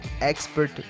Expert